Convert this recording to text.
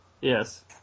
yes